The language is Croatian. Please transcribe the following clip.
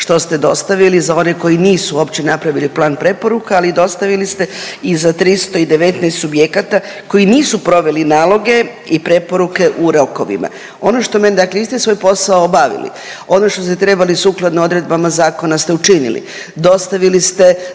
što ste dostavili za one koji nisu uopće napravili plan preporuka, ali dostavili ste i za 319 subjekata koji nisu proveli naloge i preporuke u rokovima. Ono što me, dakle vi ste svoj posao obavili. Ono što ste trebali sukladno odredbama zakona ste učinili.